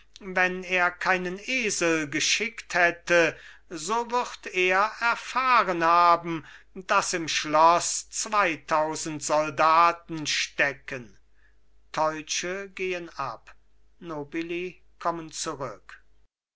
wenn er keinen esel geschickt hätte so würd er erfahren haben daß im schloß zweitausend soldaten stecken teutsche gehen ab nobili kommen zurück